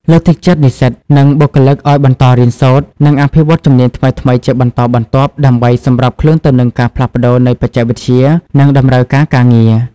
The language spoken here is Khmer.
លើកទឹកចិត្តនិស្សិត និងបុគ្គលិកឱ្យបន្តរៀនសូត្រ និងអភិវឌ្ឍជំនាញថ្មីៗជាបន្តបន្ទាប់ ដើម្បីសម្របខ្លួនទៅនឹងការផ្លាស់ប្តូរនៃបច្ចេកវិទ្យា និងតម្រូវការការងារ។